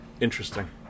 Interesting